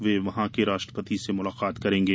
वे वहां के राष्ट्रपति से मुलाकात करेंगे